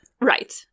right